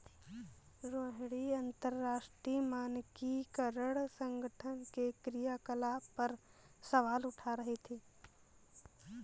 रोहिणी अंतरराष्ट्रीय मानकीकरण संगठन के क्रियाकलाप पर सवाल उठा रही थी